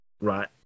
right